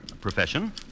Profession